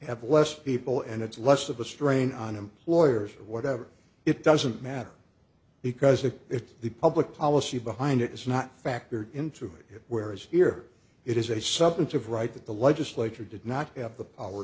have less people and it's less of a strain on employers or whatever it doesn't matter because if it's the public policy behind it is not factored into it where as here it is a substantive right that the legislature did not have the power